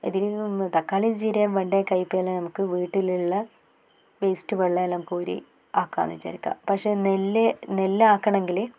ഇതിൽ നിന്നും തക്കാളി ചീരേം വെണ്ടേ കയ്പ്പയും എല്ലാം നമുക്ക് വീട്ടിലുള്ള വേസ്റ്റ് വെള്ളം എല്ലാം കോരി ആക്കാം എന്ന് വിചാരിക്കാം പക്ഷേ നെല്ല് നെല്ലാക്കണമെങ്കിൽ